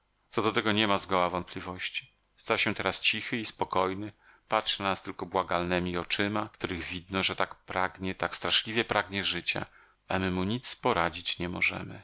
co do tego niema zgoła wątpliwości stał się teraz cichy i spokojny patrzy na nas tylko błagalnemi oczyma w których widno że tak pragnie tak straszliwie pragnie życia a my mu nic poradzić nie możemy